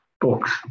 books